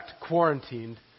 quarantined